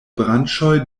branĉoj